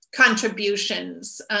contributions